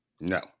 no